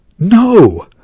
No